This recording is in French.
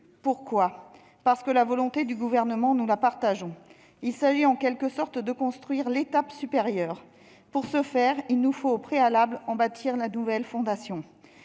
Pourquoi ? Parce que la volonté du Gouvernement, nous la partageons. Il s'agit, en quelque sorte, de construire l'étage supérieur. Pour ce faire, il nous faut au préalable en bâtir la nouvelle fondation.